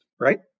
right